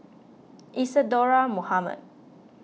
Isadhora Mohamed